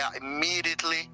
immediately